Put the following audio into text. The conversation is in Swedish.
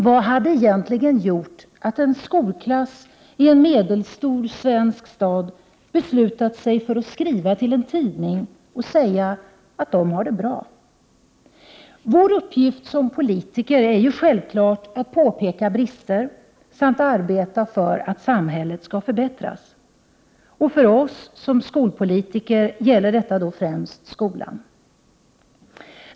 Vad var det egentligen som gjorde att en skolklass i en medelstor svensk stad beslutade sig för att skriva till en tidning och tala om att det var så bra? Vår uppgift som politiker är självfallet att påtala brister samt att arbeta för 51 att samhället förbättras. För oss skolpolitiker gäller detta främst skolan.